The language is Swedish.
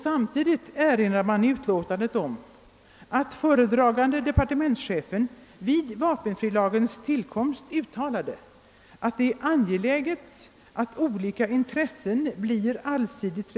Samtidigt erinras om att föredragande departementschefen vid vapenfrilagens tillkomst uttalade att det är angeläget att olika intressen blir allsidigt.